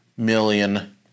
million